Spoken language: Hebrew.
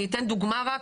אני אתן דוגמה רק,